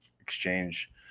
exchange